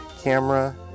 camera